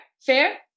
Fair